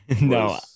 No